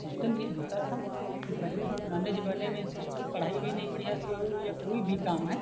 system ये होता था कि पहले जो पुराने ज़माने में सिस्टम पढ़ाई भी नहीं बढ़िया से हुई या कोई भी काम है